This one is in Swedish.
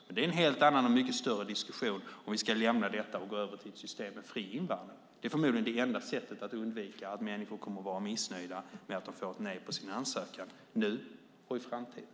Det är en helt annan och mycket större diskussion om vi ska gå över till ett system med fri invandring. Det är förmodligen det enda sättet att undvika att människor kommer att vara missnöjda med att de får ett nej på sin ansökan nu och i framtiden.